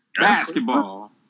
Basketball